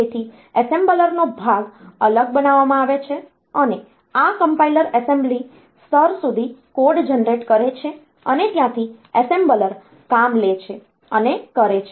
તેથી એસેમ્બલરનો ભાગ અલગ બનાવવામાં આવે છે અને આ કમ્પાઈલર એસેમ્બલી સ્તર સુધી કોડ જનરેટ કરે છે અને ત્યાંથી એસેમ્બલર કામ લે છે અને કરે છે